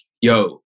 yo